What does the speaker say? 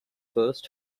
first